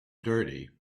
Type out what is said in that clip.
dirty